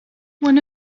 one